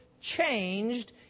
changed